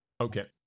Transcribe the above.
Okay